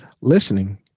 listening